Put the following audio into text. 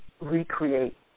recreate